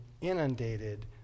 inundated